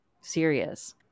serious